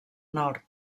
nord